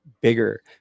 bigger